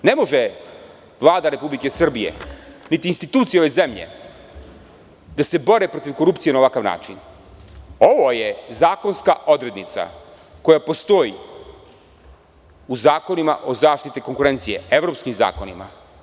Ne može Vlada Republike Srbije niti institucije u ovoj zemlji da se bore protiv korupcije na ovakav način, jer ovo je zakonska odrednica koja postoji u zakonima o zaštiti konkurencije, evropskim zakonima.